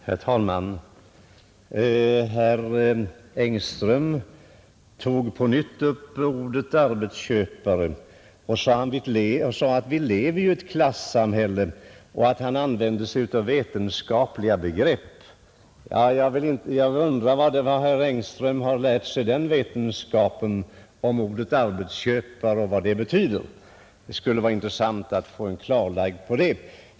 Herr talman! Herr Engström tog på nytt upp ordet arbetsköpare, Han sade att vi ju lever i ett klassamhälle och att han använde sig av vetenskapliga begrepp i detta sammanhang. Ja, jag undrar var herr Engström fått sin kunskap om ordet arbetsköpare och om vad det betyder. Det skulle vara intressant att få ett klarläggande av det.